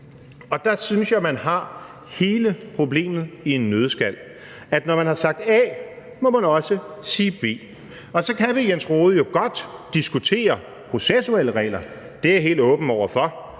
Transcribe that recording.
Der synes jeg man har hele problemet i en nøddeskal: Når man har sagt A, må man også sige B. Så kan vi jo godt diskutere processuelle regler, Jens Rohde. Det er jeg helt åben over for